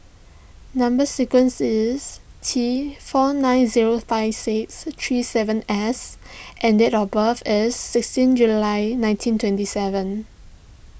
Number Sequence is T four nine zero five six three seven S and date of birth is sixteen July nineteen twenty seven